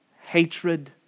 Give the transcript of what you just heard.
hatred